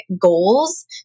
goals